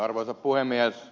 arvoisa puhemies